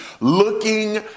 looking